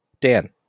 Dan